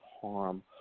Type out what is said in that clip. harm